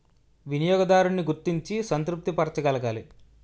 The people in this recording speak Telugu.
వినియోగదారున్ని గుర్తించి సంతృప్తి పరచగలగాలి